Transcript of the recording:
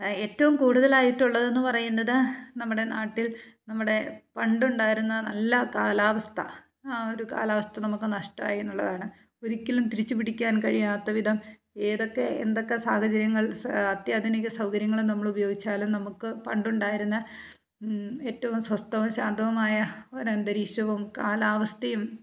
ഏറ്റവും കൂടുതലായിട്ടുള്ളതെന്ന് പറയുന്നത് നമ്മുടെ നാട്ടിൽ നമ്മുടെ പണ്ടുണ്ടായിരുന്ന നല്ല കാലാവസ്ഥ ആ ഒരു കാലാവസ്ഥ നമുക്ക് നഷ്ടമായി എന്നുള്ളതാണ് ഒരിക്കലും തിരിച്ചു പിടിക്കാൻ കഴിയാത്ത വിധം ഏതൊക്കെ എന്തൊക്ക സാഹചര്യങ്ങൾ അത്യാധുനിക സൗകര്യങ്ങൾ നമ്മളുപയോഗിച്ചാലും നമുക്ക് പണ്ടുണ്ടായിരുന്ന ഏറ്റവും സ്വസ്ഥവും ശാന്തവുമായ ഒരന്തരീക്ഷവും കാലാവസ്ഥയും